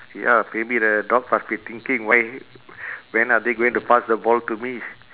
ya maybe the dog must be thinking why when are they going to pass the ball to me